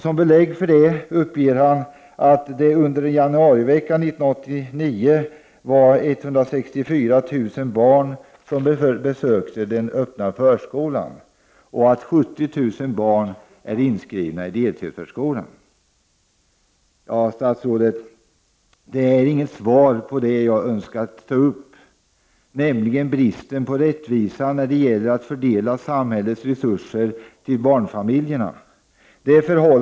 Som belägg för detta uppger han att det under en januarivecka 1989 var 164 000 barn som besökte den öppna förskolan och att 70 000 barn är inskrivna i deltidsförskolan. Detta är, herr statsråd, inget svar på den fråga jag ställt, nämligen om bristen på rättvisa när det gäller att fördela samhällets resurser till barnfamiljerna.